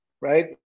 right